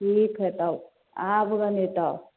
ठीक हइ तब आबि रहलिअ तऽ